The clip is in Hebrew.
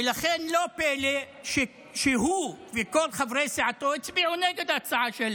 ולכן לא פלא שהוא וכל חברי סיעתו הצביעו נגד ההצעה של